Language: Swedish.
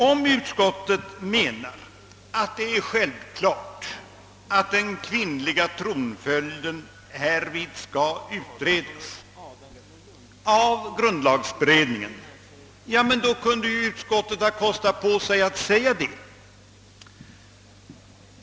Om utskottet menar att det är självklart att den kvinnliga tronföljden härvid skall utredas av grundlagberedningen, kunde utskottet kosta på sig att säga det.